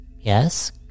yes